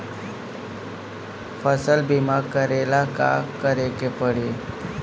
फसल बिमा करेला का करेके पारी?